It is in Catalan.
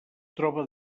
troba